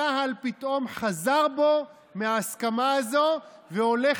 צה"ל פתאום חזר בו מההסכמה הזו והולך